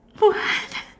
what